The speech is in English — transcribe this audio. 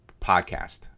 podcast